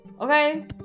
Okay